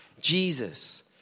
Jesus